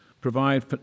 provide